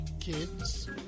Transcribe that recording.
kids